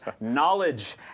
knowledge